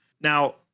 Now